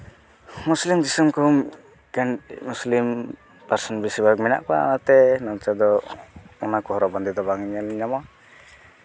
ᱢᱩᱥᱞᱤᱢ ᱫᱤᱥᱚᱢ ᱠᱚᱦᱚᱸ ᱢᱩᱥᱞᱤᱢ ᱯᱟᱹᱨᱥᱤ ᱨᱮᱱ ᱵᱮᱥᱤ ᱦᱚᱲ ᱢᱮᱱᱟᱜ ᱠᱚᱣᱟ ᱚᱱᱟᱛᱮ ᱱᱚᱱᱛᱮ ᱫᱚ ᱚᱱᱟ ᱠᱚ ᱦᱚᱨᱚᱜ ᱵᱟᱸᱫᱮ ᱫᱚ ᱵᱟᱝ ᱧᱮᱞ ᱧᱟᱢᱚᱜᱼᱟ